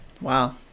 Wow